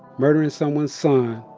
murdering someone's son,